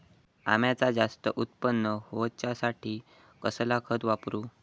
अम्याचा जास्त उत्पन्न होवचासाठी कसला खत वापरू?